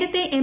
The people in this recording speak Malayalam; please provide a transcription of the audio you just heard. നേരത്തെ എം